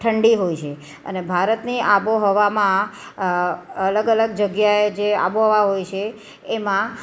ઠંડી હોય છે અને ભારતની આબોહવામાં અલગ અલગ જગ્યાએ જે આબોહવા હોય છે એમાં